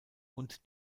und